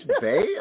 Bay